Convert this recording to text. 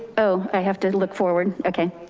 oh, i have to look forward. okay.